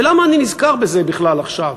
ולמה אני נזכר בזה בכלל עכשיו?